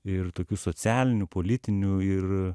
ir tokių socialinių politinių ir